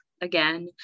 again